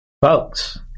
folks